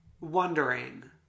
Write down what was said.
wondering